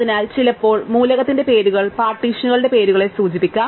അതിനാൽ ചിലപ്പോൾ മൂലകത്തിന്റെ പേരുകൾ പാർട്ടീഷനുകളുടെ പേരുകളെ സൂചിപ്പിക്കും